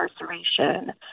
incarceration